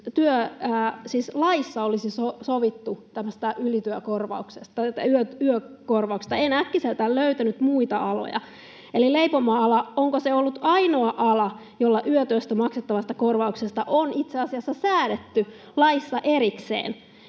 laissa olisi sovittu tämmöisestä yökorvauksesta. En äkkiseltään löytänyt muita aloja, eli onko leipomoala ollut ainoa ala, jolla yötyöstä maksettavasta korvauksesta on itse asiassa säädetty laissa erikseen?